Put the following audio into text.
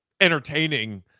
entertaining